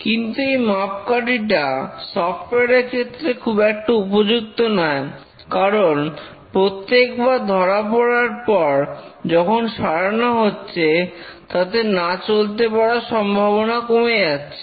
কিন্তু এই মাপকাঠিটা সফটওয়্যার এর ক্ষেত্রে খুব একটা উপযুক্ত নয় কারণ প্রত্যেক বার ধরা পড়ার পর যখন সারানো হচ্ছে তাতে না চলতে পারার সম্ভাবনা কমে যাচ্ছে